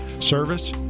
Service